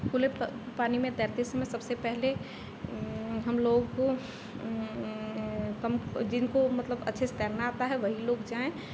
खुले पानी में तैरते समय सबसे पहले हम लोगों को जिनको मतलब अच्छे से तैरना आता है वही लोग जाएँ